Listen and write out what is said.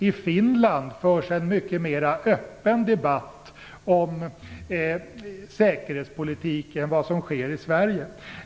I Finland förs en mycket mera öppen debatt om säkerhetspolitik än vad som sker i Sverige.